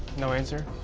no answer.